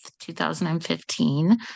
2015